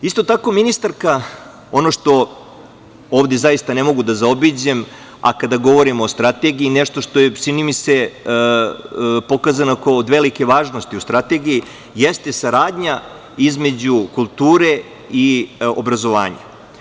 Isto tako, ministarka, ono što ovde zaista ne mogu da zaobiđem, a kada govorimo o Strategiji, nešto što je, čini mi se, pokazano od velike važnosti u Strategiji, jeste saradnja između kulture i obrazovanja.